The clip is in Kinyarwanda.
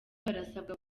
barasabwa